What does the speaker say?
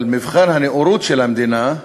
אבל מבחן הנאורות של המדינה,